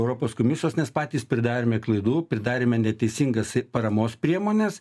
europos komisijos nes patys pridarėme klaidų pridarėme neteisingas paramos priemones